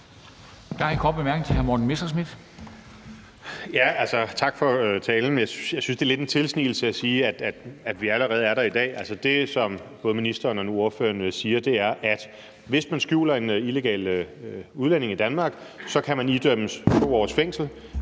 Tak for talen. Jeg synes, det er lidt en tilsnigelse at sige, at vi allerede er der i dag. Altså, det, som både ministeren og nu ordføreren siger, er, at hvis man skjuler en illegal udlænding i Danmark, kan man idømmes op til 2 års fængsel,